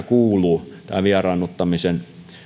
kuuluu vieraannuttamisen